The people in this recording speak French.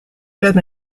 club